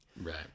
Right